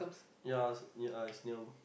ya it's yeah it's near